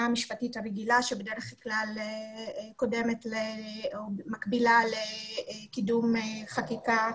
המשפטית הרגילה שבדרך כלל קודמת או מקבילה לקידום חקיקה,